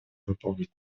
выполнить